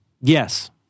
Yes